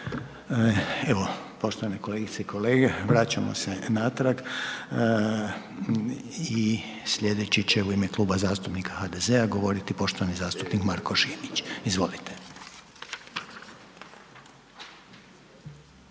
Evo, poštovane kolegice i kolege, vraćamo se natrag i slijedeći će u ime Kluba zastupnika HDZ-a govoriti poštovani zastupnik Marko Šimić, izvolite.